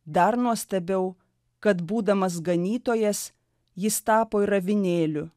dar nuostabiau kad būdamas ganytojas jis tapo ir avinėliu